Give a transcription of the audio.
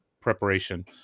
preparation